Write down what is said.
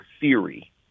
theory